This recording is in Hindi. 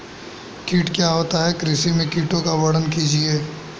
कीट क्या होता है कृषि में कीटों का वर्णन कीजिए?